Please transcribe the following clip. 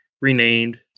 renamed